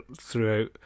throughout